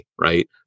right